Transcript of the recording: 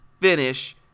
finish